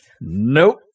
nope